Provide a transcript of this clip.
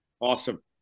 Awesome